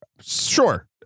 Sure